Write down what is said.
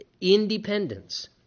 Independence